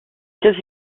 quasi